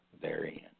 therein